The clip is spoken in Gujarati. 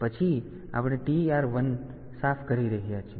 પછી આપણે TR 1 સાફ કરી રહ્યા છીએ